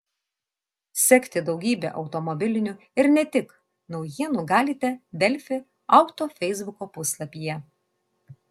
sekti daugybę automobilinių ir ne tik naujienų galite delfi auto feisbuko puslapyje